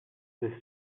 the